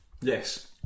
Yes